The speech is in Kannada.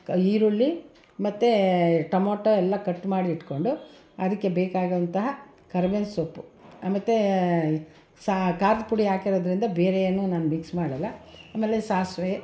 ಈರುಳ್ಳಿ ಮತ್ತೆ ಟೊಮಟೊ ಎಲ್ಲ ಕಟ್ ಮಾಡಿಟ್ಕೊಂಡು ಅದಕ್ಕೆ ಬೇಕಾದಂತಹ ಕರ್ಬೇವಿನ ಸೊಪ್ಪು ಮತ್ತು ಸಹ ಖಾರದ ಪುಡಿ ಹಾಕಿರೋದ್ರಿಂದ ಬೇರೆ ಏನು ನಾನು ಮಿಕ್ಸ್ ಮಾಡಲ್ಲ ಆಮೇಲೆ ಸಾಸಿವೆ